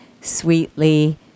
sweetly